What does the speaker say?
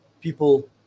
people